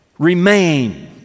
remain